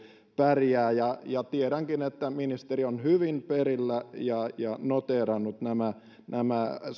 pärjää tiedänkin että ministeri on hyvin perillä ja ja noteerannut nämä nämä